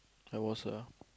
I was a